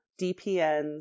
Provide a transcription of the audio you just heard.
DPNs